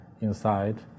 inside